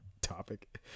topic